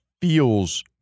feels